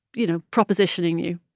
you know, propositioning you